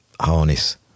harness